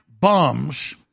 bums